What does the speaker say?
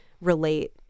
relate